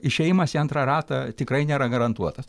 išėjimas į antrą ratą tikrai nėra garantuotas